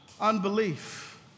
Unbelief